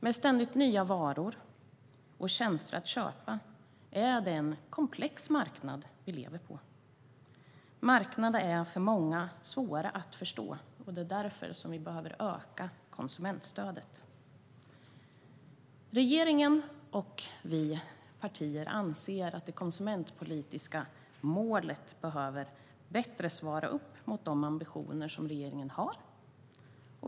Med ständigt nya varor och tjänster att köpa är det en komplex marknad vi lever med. Marknaderna är för många svåra att förstå. Det är därför vi behöver öka konsumentstödet. Regeringen och vi partier anser att det konsumentpolitiska målet behöver bättre svara upp mot de ambitioner regeringen har.